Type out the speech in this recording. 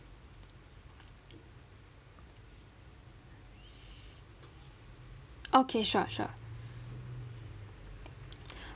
okay sure sure